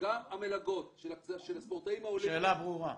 גם המלגות של הספורטאים האולימפיים --- השאלה ברורה.